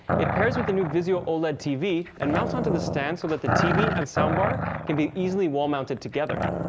it pairs with the new vizio oled and tv and mounts onto its stand so that the tv and soundbar can be easily wall-mounted together.